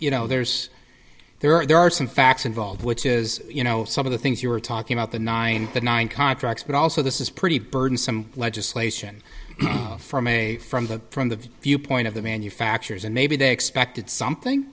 you know there's there are some facts involved which is you know some of the things you were talking about the nine to nine contracts but also this is pretty burden some legislation from a from the from the viewpoint of the manufacturers and maybe they expected something